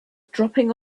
dropping